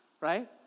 right